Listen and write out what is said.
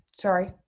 Sorry